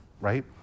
right